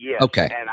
Okay